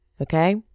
Okay